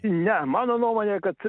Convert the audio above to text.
ne mano nuomonė kad